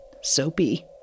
Soapy